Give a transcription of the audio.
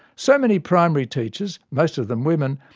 so many primary teachers, most of them women,